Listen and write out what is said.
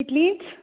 इतलीच